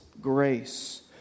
grace